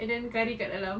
and then curry kat dalam